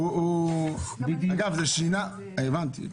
הבנתי.